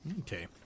okay